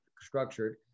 structured